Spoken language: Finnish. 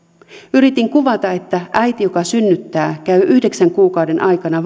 yritin kuvata että äiti joka synnyttää käy yhdeksän kuukauden aikana